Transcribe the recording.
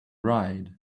ride